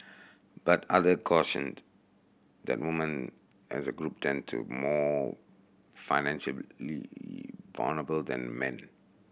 but others cautioned that women as a group tend to more financially vulnerable than men